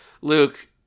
Luke